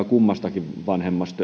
kummastakin vanhemmasta